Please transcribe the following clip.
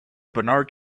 barnard